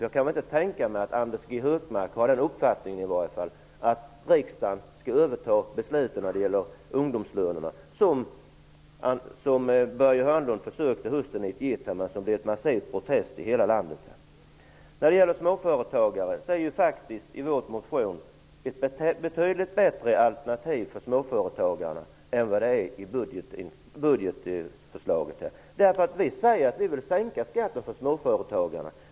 Jag kan inte tänka mig att Anders G Högmark är av den uppfattningen att riksdagen skall överta besluten när det gäller ungdomslönerna, som Börje Hörnlund försökte hösten 1991. Det blev protester i hela landet. När det gäller småföretagare finns det faktiskt i vår motion betydligt bättre alternativ för småföretagare än i budgetförslaget. Vi säger att vi vill sänka skatten för småföretagarna.